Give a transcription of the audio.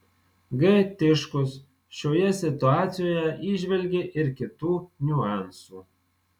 g tiškus šioje situacijoje įžvelgė ir kitų niuansų